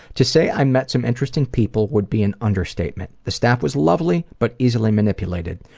to say i met some interesting people would be an understatement. the staff was lovely but easily manipulated.